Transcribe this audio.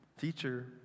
teacher